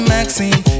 Maxine